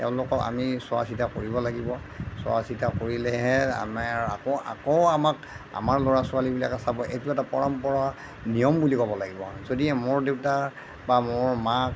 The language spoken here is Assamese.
তেওঁলোকক আমি চোৱাচিতা কৰিব লাগিব চোৱাচিতা কৰিলেহে আমাৰ আকৌ আকৌ আমাক আমাৰ ল'ৰা ছোৱালীবিলাকে চাব এইটো এটা পৰম্পৰা নিয়ম বুলি ক'ব লাগিব যদিহে মোৰ দেউতা বা মোৰ মাক